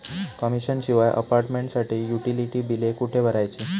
Commission शिवाय अपार्टमेंटसाठी utility बिले कुठे भरायची?